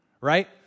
Right